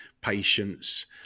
patience